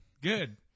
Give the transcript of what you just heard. Good